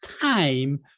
time